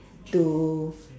to